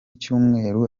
kinyamakuru